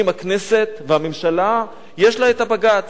הכנסת והממשלה, יש להן בג"ץ.